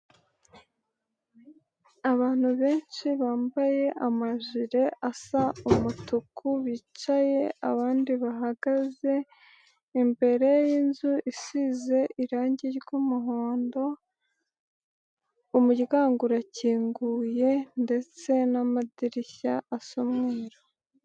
Abantu benshi bambaye amajire asa umutuku, bicaye, abandi bahagaze, imbere y'inzu isize irangi ry'umuhondo, umuryango urakinguye ndetse n'amadirishya asa umweruru.